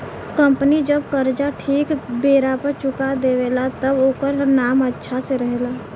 company जब कर्जा ठीक बेरा पर चुका देवे ला तब ओकर नाम अच्छा से रहेला